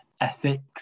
ethics